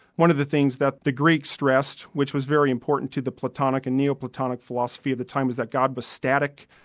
one of the things that the greeks stressed, which was very important to the platonic and neo-platonic philosophy, of the times that god was static,